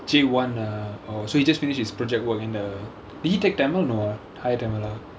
J one ah oh so he just finished his project work in the did he take tamil no ah higher tamil ah